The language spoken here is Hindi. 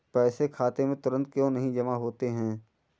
पैसे खाते में तुरंत क्यो नहीं जमा होते हैं?